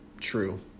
True